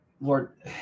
Lord